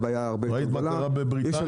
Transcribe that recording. סגן שרת התחבורה והבטיחות בדרכים אורי